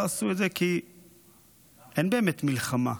לא עשו את זה כי אין באמת מלחמה,